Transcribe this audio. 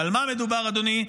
ועל מה מדובר, אדוני?